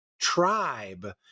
tribe